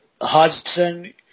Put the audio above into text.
Hudson